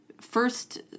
first